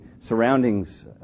surroundings